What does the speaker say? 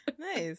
Nice